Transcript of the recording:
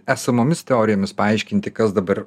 esamomis teorijomis paaiškinti kas dabar